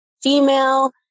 female